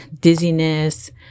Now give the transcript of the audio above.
dizziness